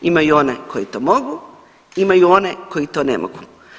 Imaju one koje to mogu, imaju one koji to ne mogu.